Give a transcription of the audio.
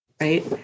right